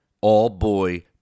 All-boy